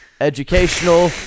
educational